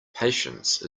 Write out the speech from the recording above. patience